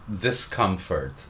discomfort